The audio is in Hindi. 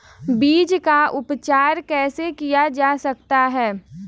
बीज का उपचार कैसे किया जा सकता है?